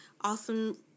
awesome